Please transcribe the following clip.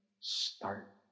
start